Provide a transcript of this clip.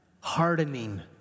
hardening